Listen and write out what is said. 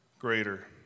greater